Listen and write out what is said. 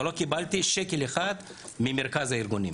ולא קיבלתי שקל אחד ממרכז הארגונים.